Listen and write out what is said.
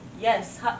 Yes